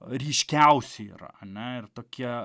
ryškiausi yra ar ne ir tokie